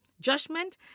judgment